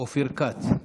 אופיר כץ,